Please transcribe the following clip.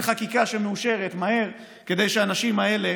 חקיקה שמאושרת מהר כדי שהאנשים האלה